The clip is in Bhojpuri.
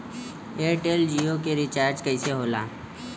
एयरटेल जीओ के रिचार्ज कैसे होला?